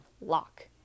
lock